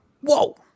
Whoa